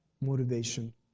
motivation